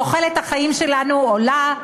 תוחלת החיים שלנו עולה,